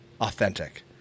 authentic